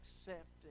accepting